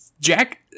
Jack